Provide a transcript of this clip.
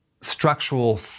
structural